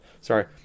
Sorry